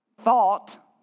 thought